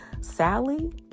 Sally